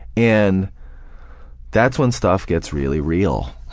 and that's when stuff gets really real.